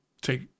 take